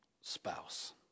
spouse